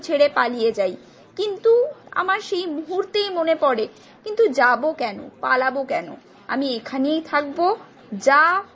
ছেড়ে পালিয়ে যাই কিন্তু আমার সেই মুহূর্তেই মনে পরে কিন্তু যাব কেন পালাবো কেন আমি এখানেই থাকবো যা